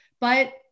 but-